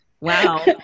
Wow